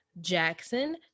Jackson